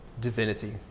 Divinity